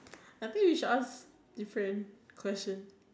I think we should ask different questions